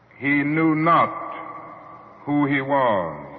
he knew not who he was.